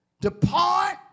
Depart